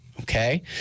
okay